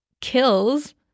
kills